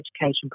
education